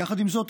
יחד עם זאת,